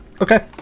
Okay